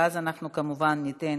ואז אנחנו כמובן ניתן